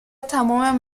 تمام